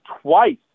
twice